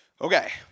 Okay